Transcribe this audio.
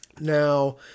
Now